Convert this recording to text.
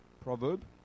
Proverb